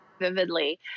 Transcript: vividly